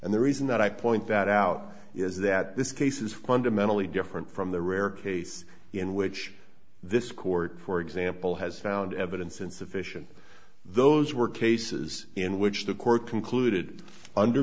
and the reason that i point that out is that this case is fundamentally different from the rare case in which this court for example has found evidence insufficient those were cases in which the court concluded under